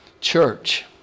church